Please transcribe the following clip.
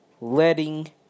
letting